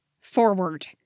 forward